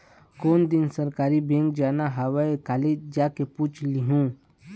कोन दिन सहकारी बेंक जाना हवय, कालीच जाके पूछ लूहूँ